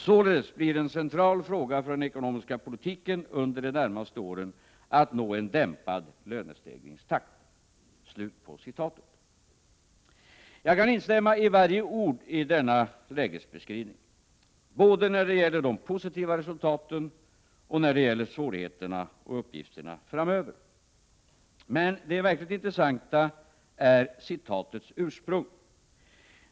Således blir en central fråga för den ekonomiska politiken under de närmaste åren att nå en dämpad lönestegringstakt.” Jag kan instämma i varje ord i denna lägesbeskrivning — både när det gäller de positiva resultaten och när det gäller svårigheterna och uppgifterna framöver. Men det verkligt intressanta är citatets ursprung.